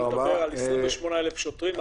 יכולים לדבר על 28,000 שוטרים,